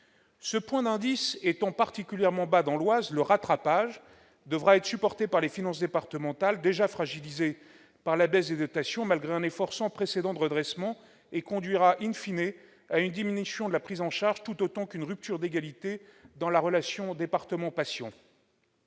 Ce point d'indice étant particulièrement bas dans l'Oise, le rattrapage devra être supporté par des finances départementales déjà fragilisées par la baisse des dotations, malgré un effort sans précédent de redressement, et il conduira à une diminution de la prise en charge ainsi qu'à une rupture de l'égalité dans la relation entre département et patient.